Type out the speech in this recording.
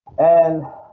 and.